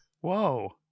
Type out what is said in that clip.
whoa